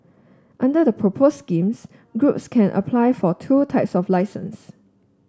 under the proposed schemes groups can apply for two types of licences